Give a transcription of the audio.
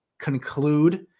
conclude